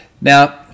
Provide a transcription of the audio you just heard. Now